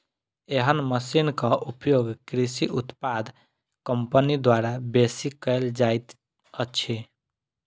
एहन मशीनक उपयोग कृषि उत्पाद कम्पनी द्वारा बेसी कयल जाइत अछि